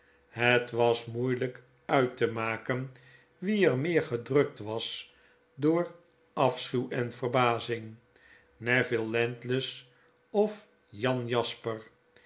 het was moeielijk uit te maken wieermeer gedrukt was door afschuw en verbazing neville landless of jan jasper